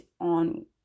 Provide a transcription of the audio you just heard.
on